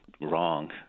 wrong